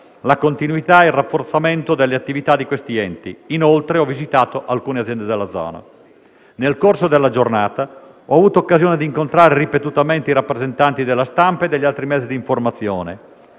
la continuità e il rafforzamento delle attività di questi enti. Inoltre, ho visitato alcune aziende della zona. Nel corso della giornata ho avuto occasione di incontrare ripetutamente i rappresentanti della stampa e degli altri mezzi di informazione